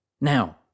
Now